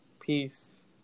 peace